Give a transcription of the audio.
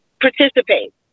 participate